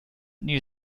new